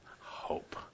hope